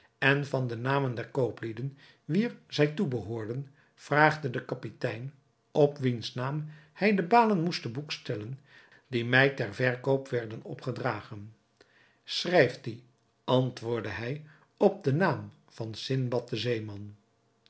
en van de namen der kooplieden wien zij toebehoorden vraagde de kapitein op wiens naam hij de balen moest te boek stellen die mij ter verkoop werden opgedragen schrijft die antwoordde hij op naam van sindbad den zeeman